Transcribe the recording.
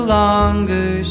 longer